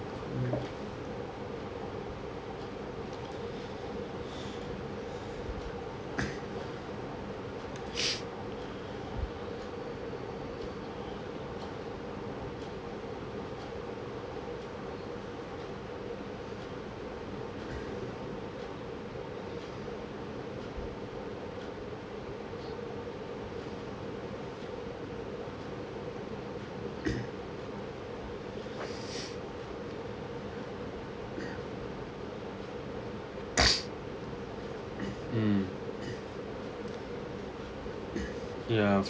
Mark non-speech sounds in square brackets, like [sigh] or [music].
[coughs] [noise] [coughs] [breath] [noise] mm yeah